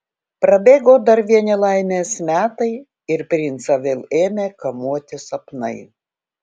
prabėgo gal vieni laimės metai ir princą vėl ėmė kamuoti sapnai